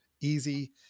easy